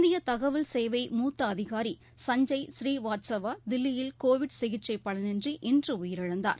இந்தியதகவல் சேவை மூத்தஅதிகாரி சஞ்சய் ஸ்ரீவாத்ஸவா தில்லியில் கோவிட் சிகிச்சைபலனின்றி இன்றுஉயிரிழந்தார்